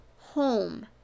home